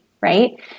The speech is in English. right